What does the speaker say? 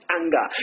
anger